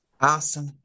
Awesome